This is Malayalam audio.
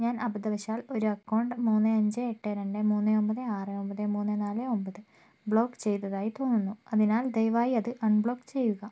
ഞാൻ അബദ്ധവശാൽ ഒരു അക്കൗണ്ട് മൂന്ന് അഞ്ച് എട്ട് രണ്ട് മൂന്ന് ഒമ്പത് ആറ് ഒമ്പത് മൂന്ന് നാല് ഒമ്പത് ബ്ലോക്ക് ചെയ്തതായി തോന്നുന്നു അതിനാൽ ദയവായി അത് അൺബ്ലോക്ക് ചെയ്യുക